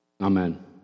Amen